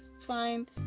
fine